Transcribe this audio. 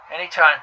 Anytime